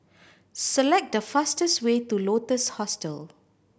select the fastest way to Lotus Hostel